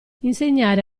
insegnare